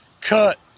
cut